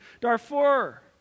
Darfur